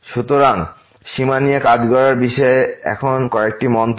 সুতরাং সীমা নিয়ে কাজ করার বিষয়ে এখন কয়েকটি মন্তব্য